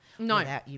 No